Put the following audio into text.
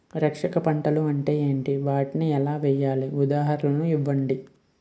రక్షక పంటలు అంటే ఏంటి? వాటిని ఎలా వేయాలి? ఉదాహరణలు ఇవ్వండి?